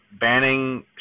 banning